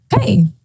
Hey